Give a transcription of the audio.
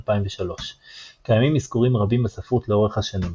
2003. קיימים אזכורים רבים בספרות לאורך השנים.